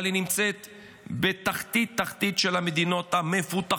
אבל היא נמצאת בתחתית של התחתית של המדינות המפותחות,